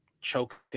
choking